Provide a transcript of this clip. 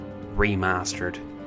Remastered